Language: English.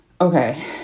Okay